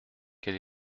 quel